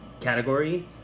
category